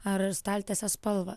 ar staltiesės spalvą